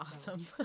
awesome